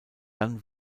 dann